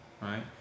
right